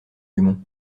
dumont